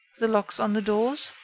the locks on the doors.